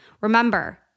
Remember